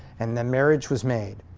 and the marriage was made.